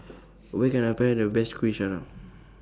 Where Can I Find The Best Kuih Syara